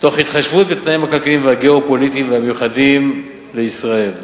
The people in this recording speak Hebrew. תוך התחשבות בתנאים הכלכליים והגיאו-פוליטיים והמיוחדים לישראל,